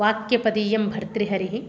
वाक्यपदीयं भर्तृहरिः